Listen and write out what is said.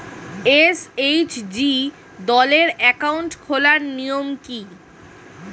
SHG দলের account খোলার নিয়ম কী?